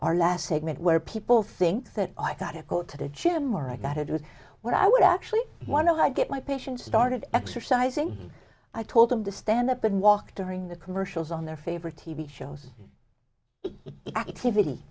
our last segment where people think that i got to go to the gym more i gotta do what i would actually one of i get my patients started exercising i told them to stand up and walk to ring the commercials on their favorite t v shows activity